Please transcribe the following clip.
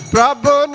Prabhu